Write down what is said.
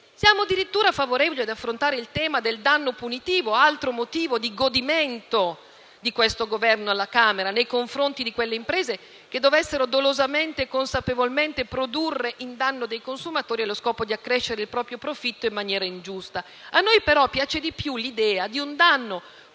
siamo addirittura favorevoli ad affrontare il tema del danno punitivo, altro motivo di godimento di questo Governo alla Camera, nei confronti di quelle imprese che dovessero dolosamente e consapevolmente produrre in danno dei consumatori allo scopo di accrescere il proprio profitto in maniera ingiusta. Noi preferiamo, però, l'idea di un danno